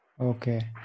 Okay